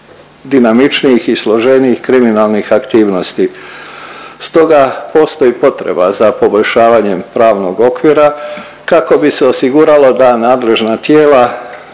dinamičnijih i složenijih kriminalnih aktivnosti. Stoga postoji potreba za poboljšavanjem pravnog okvira kako bi se osiguralo da nadležna tijela